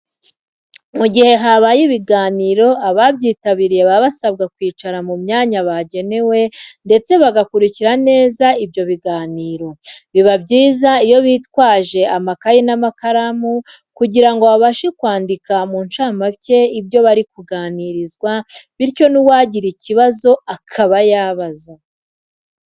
Mu gihe habaye ibiganiro, ababyitabiriye baba basabwa kwicara mu myanya bagenewe ndetse bagakurikira neza ibyo biganiro. Biba byiza iyo bitwaje amakaye n'amakaramu kugira ngo babashe kwandika mu ncamake ibyo bari kuganirizwaho bityo n'uwagira ikibazo akaba yabaza.